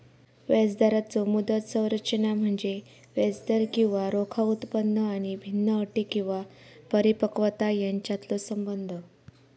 व्याजदराचो मुदत संरचना म्हणजे व्याजदर किंवा रोखा उत्पन्न आणि भिन्न अटी किंवा परिपक्वता यांच्यातलो संबंध